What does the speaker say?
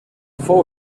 fou